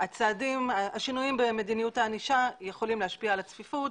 השינויים במדיניות הענישה יכולים להשפיע על הצפיפות,